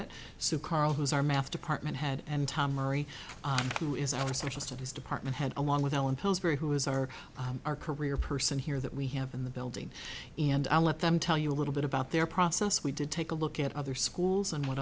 it so carl who is our math department head and tamari who is our social studies department head along with ellen pillsbury who is our our career person here that we have in the building and i let them tell you a little bit about their process we did take a look at other schools and what